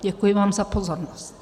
Děkuji vám za pozornost.